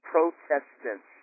Protestants